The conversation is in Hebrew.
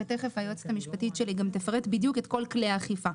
ומיד היועצת המשפטית שלי גם תפרט בדיוק את כל כלי האכיפה.